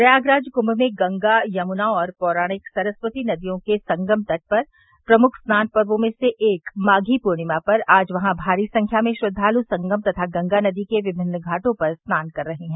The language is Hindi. प्रयागराज कुंभ में गंगा यमुना और पौराणिक सरस्वती नदियों के संगम तट पर प्रमुख स्नान पर्वो में से एक माधी पूर्णिमा पर आज वहां भारी संख्या में श्रद्वाल संगम तथा गंगा नदी के विभिन्न घाटो पर स्नान कर रहे हैं